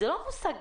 זה לא מושג גזעני.